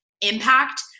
impact